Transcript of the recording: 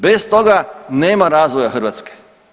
Bez toga nema razvoja Hrvatske.